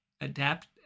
adapt